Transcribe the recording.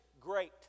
great